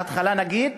בהתחלה נגיד,